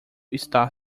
está